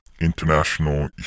international